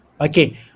Okay